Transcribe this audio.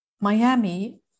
Miami